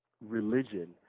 religion